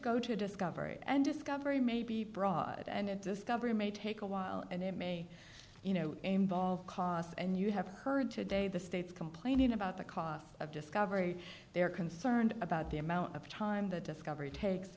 go to discovery and discovery may be broad and discovery may take a while and it may you know involve costs and you have heard today the states complaining about the cost of discovery they are concerned about the amount of time that discovery takes